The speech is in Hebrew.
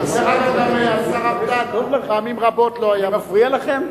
אולמרט פעמים רבות לא היה מפריע לכם?